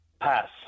Pass